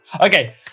Okay